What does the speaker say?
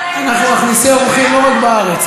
אנחנו מכניסי אורחים לא רק בארץ,